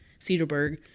Cedarburg